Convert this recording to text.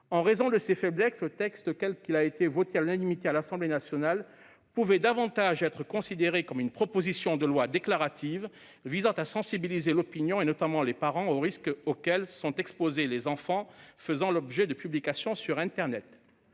En raison de ces faiblesses, le texte tel qu'il a été adopté à l'unanimité à l'Assemblée nationale pouvait davantage être considéré comme une proposition de loi déclarative, visant à sensibiliser l'opinion et notamment les parents aux risques auxquels sont exposés les enfants faisant l'objet de publications sur internet.